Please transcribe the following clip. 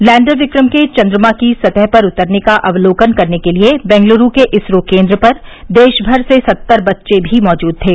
lander Vikram के चन्द्रमा की सतह पर उतरने का अवलोकन करने के लिए वेंगलुरू के इसरो केन्द्र पर देशमर से सत्तर बच्चे भी मौजूद थे